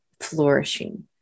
flourishing